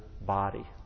body